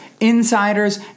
insiders